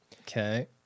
Okay